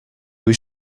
was